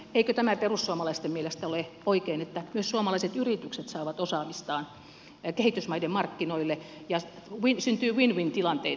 eikö tämä perussuomalaisten mielestä ole oikein että myös suomalaiset yritykset saavat osaamistaan kehitysmaiden markkinoille ja syntyy win win tilanteita